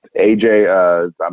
aj